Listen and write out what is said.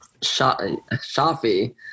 shafi